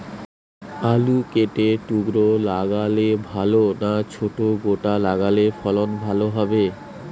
আলু কেটে টুকরো লাগালে ভাল না ছোট গোটা লাগালে ফলন ভালো হবে?